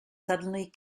suddenly